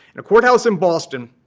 in a courthouse in boston,